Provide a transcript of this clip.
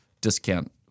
discount